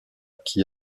qui